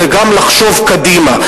אלא גם לחשוב קדימה,